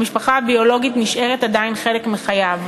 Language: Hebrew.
המשפחה הביולוגית נשארת עדיין חלק מחייו,